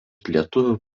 lietuvių